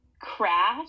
crash